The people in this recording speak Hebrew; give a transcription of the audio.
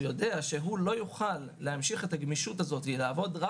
הוא יודע שהוא לא יוכל להמשיך את הגמישות הזאת ולעבוד רק